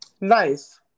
nice